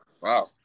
Wow